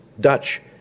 Dutch